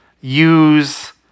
use